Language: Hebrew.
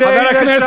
תודה.